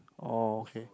oh okay